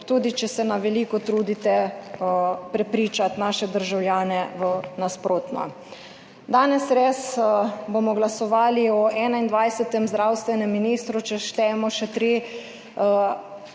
tudi če se na veliko trudite prepričati naše državljane v nasprotno. Danes bomo glasovali o 21. zdravstvenem ministru, če štejemo še